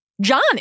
John